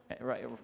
right